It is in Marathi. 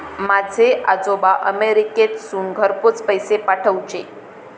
माझे आजोबा अमेरिकेतसून घरपोच पैसे पाठवूचे